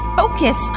focus